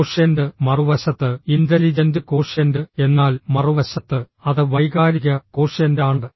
quotient മറുവശത്ത് intelligent quotient എന്നാൽ മറുവശത്ത് അത് വൈകാരിക കോഷ്യന്റ് ആണ്